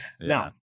Now